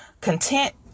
content